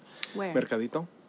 Mercadito